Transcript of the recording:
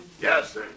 Yes